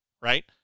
right